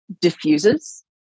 diffuses